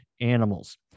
animals